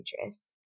interest